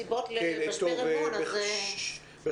יפה דיברת אדוני.